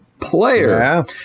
player